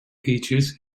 features